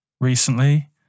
recently